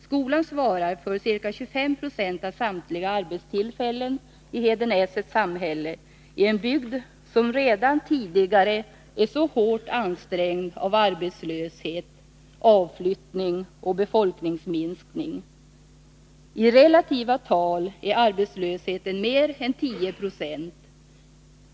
Skolan svarar för ca 25 96 av samtliga arbetstillfällen i Hedenäsets samhälle, i en bygd som redan tidigare är så hårt ansträngd av arbetslöshet, avflyttning och befolkningsminskning. I relativa tal är arbetslösheten mer än 10 96.